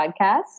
Podcast